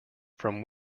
from